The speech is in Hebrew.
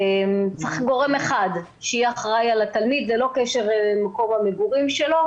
צריך גורם אחד שיהיה אחראי על התלמיד ללא קשר למקום המגורים שלו,